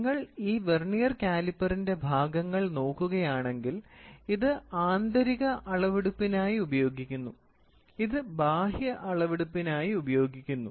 നിങ്ങൾ ഈ വെർനിയർ കാലിപ്പറിന്റെ ഭാഗങ്ങൾ നോക്കുകയാണെങ്കിൽ ഇത് ആന്തരിക അളവെടുപ്പിനായി ഉപയോഗിക്കുന്നു ഇത് ബാഹ്യ അളവെടുപ്പിനായി ഉപയോഗിക്കുന്നു